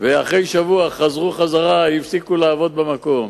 ואחרי שבוע חזרו חזרה, הפסיקו לעבוד במקום.